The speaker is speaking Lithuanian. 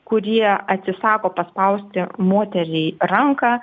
kurie atsisako paspausti moteriai ranką